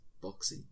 Boxy